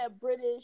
British